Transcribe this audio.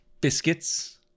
biscuits